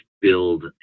build